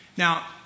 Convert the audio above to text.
Now